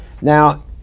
Now